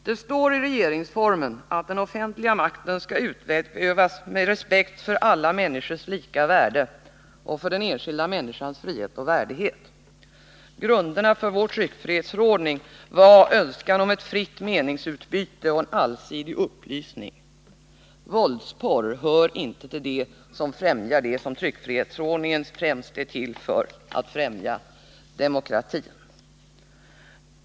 Det står i regeringsformen att den offentliga makten skall utövas med respekt för alla människors lika värde och för den enskilda människans frihet och värdighet. Grunden för vår tryckfrihetsförordning är en önskan om ett fritt meningsutbyte och en allsidig upplysning. Våldsporr hör inte till det som främjar vad tryckfrihetsförordningen främst är till för: att verka för demokrati.